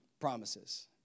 Promises